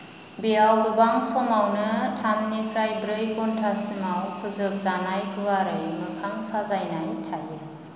बेयाव गोबां समावनो थामनिफ्राय ब्रै घन्टासिमाव फोजोब जानाय गुवारै मोखां साजायनाय थायो